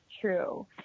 true